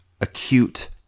acute